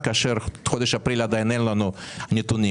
כאשר לגבי חודש אפריל עדיין אין לנו נתונים.